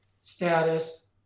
status